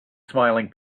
smiling